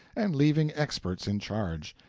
and leaving experts in charge.